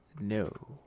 No